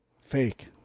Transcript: Fake